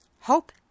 Hope